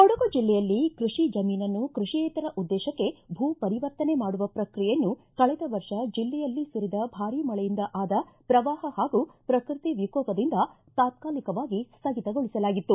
ಕೊಡಗು ಜಿಲ್ಲೆಯಲ್ಲಿ ಕೃಷಿ ಜಮೀನನ್ನು ಕೃಷಿಯೇತರ ಉದ್ದೇಶಕ್ಕೆ ಭೂ ಪರಿವರ್ತನೆ ಮಾಡುವ ಪ್ರಕ್ರಿಯೆಯನ್ನು ಕಳೆದ ವರ್ಷ ಜಿಲ್ಲೆಯಲ್ಲಿ ಸುರಿದ ಭಾರಿ ಮಳೆಯಿಂದ ಆದ ಪ್ರವಾಹ ಹಾಗೂ ಪ್ರಕೃತಿ ವಿಕೋಪದಿಂದ ತಾತ್ಕಾಲಿಕವಾಗಿ ಸ್ಥಗಿತಗೊಳಿಸಲಾಗಿತ್ತು